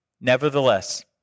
Nevertheless